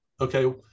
okay